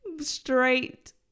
Straight